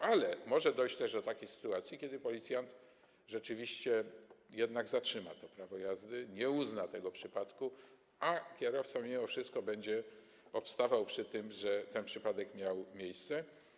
Ale może dojść też do takiej sytuacji, że policjant rzeczywiście jednak zatrzyma to prawo jazdy, nie uzna tego przypadku, a kierowca mimo wszystko będzie obstawał przy tym, że ten przypadek miał miejsce.